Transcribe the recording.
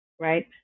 right